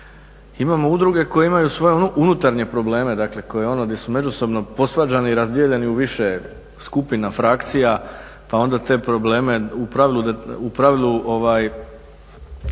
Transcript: Imamo udruge koje imaju svoje unutarnje probleme, dakle koje ono gdje su međusobno posvađane i razdijeljene u više skupina, frakcija pa onda te probleme u pravilu